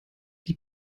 die